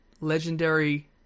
legendary